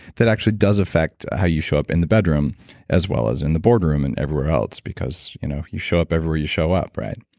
that actually does affect how you show up in the bedroom as well as in the boardroom and everywhere else because you know you show up everywhere you show up, right?